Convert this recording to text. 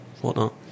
whatnot